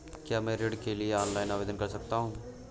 क्या मैं ऋण के लिए ऑनलाइन आवेदन कर सकता हूँ?